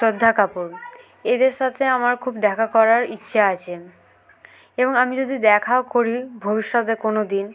শ্রদ্ধা কাপুর এদের সাথে আমার খুব দেখা করার ইচ্ছা আছে এবং আমি যদি দেখাও করি ভবিষ্যতে কোনোদিন